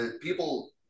people